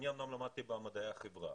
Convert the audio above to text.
אני אמנם למדתי במדעי החברה,